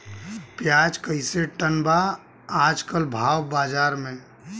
प्याज कइसे टन बा आज कल भाव बाज़ार मे?